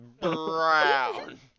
Brown